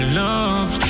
love